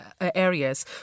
areas